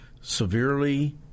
severely